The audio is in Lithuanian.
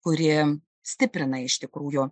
kuri stiprina iš tikrųjų